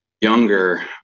younger